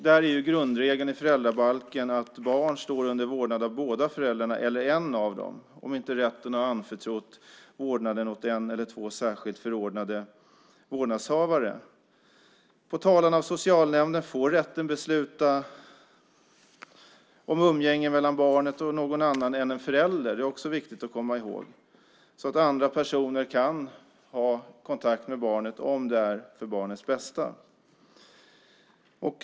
Där är grundregeln i föräldrabalken att barn står under vårdnad av båda föräldrarna eller en av dem om inte rätten har anförtrott vårdnaden åt en eller två särskilt förordnade vårdnadshavare. På talan av socialnämnden får rätten besluta om umgänge mellan barnet och någon annan än en förälder. Det är också viktigt att komma ihåg. Andra personer kan ha kontakt med barnet om det är för barnets bästa.